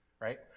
right